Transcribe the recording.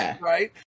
right